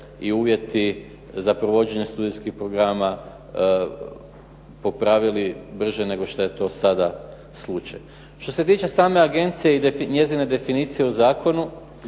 i uvjeti za provođenje studijskih programa popravili brže nego što je to sada slučaj. Što se tiče same agencije i njezine definicije u zakonu,